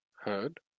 heard